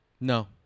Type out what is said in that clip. No